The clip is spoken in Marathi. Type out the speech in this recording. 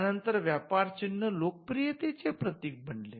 त्यानंतर व्यापार चिन्ह लोकप्रीयातेचे प्रतिक बनले